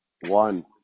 one